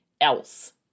else